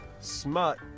Smut